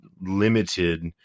limited